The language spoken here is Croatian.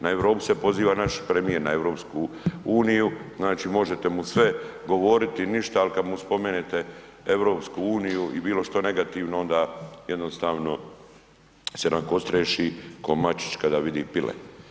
Na Europu se poziva naš premijer, na EU, znači možete mu sve govoriti ništa, ali kad mu spomenete EU i bilo što negativno onda jednostavno se nakostriješi ko mačić kada vidi pile.